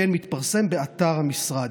וכן מתפרסם באתר המשרד.